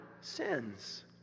sins